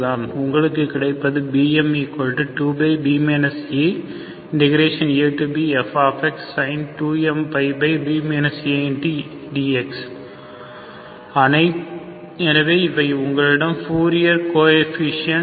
உங்களுக்கு கிடைப்பது bm2b aabfsin2mπb adx எனவே இவை உங்களிடம் பூரியர் கோஎபிசியன்ட்